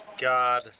God